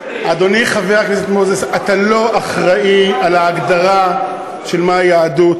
אתה לא אחראי להגדרה של מהי יהדות,